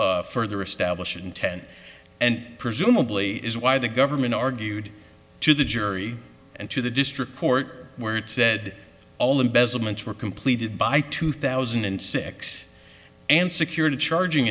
further establish intent and presumably is why the government argued to the jury and to the district court where it said all embezzlement were completed by two thousand and six and security charging